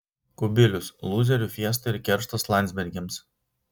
kubilius lūzerių fiesta ir kerštas landsbergiams